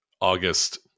August